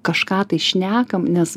kažką tai šnekam nes